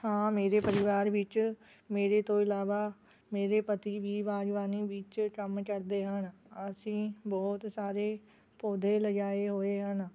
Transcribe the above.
ਹਾਂ ਮੇਰੇ ਪਰਿਵਾਰ ਵਿੱਚ ਮੇਰੇ ਤੋਂ ਇਲਾਵਾ ਮੇਰੇ ਪਤੀ ਵੀ ਬਾਗਬਾਨੀ ਵਿੱਚ ਕੰਮ ਕਰਦੇ ਹਨ ਅਸੀਂ ਬਹੁਤ ਸਾਰੇ ਪੌਦੇ ਲਗਾਏ ਹੋਏ ਹਨ